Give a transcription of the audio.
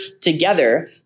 together